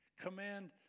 Command